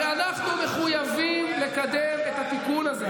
הרי אנחנו מחויבים לקדם את התיקון הזה.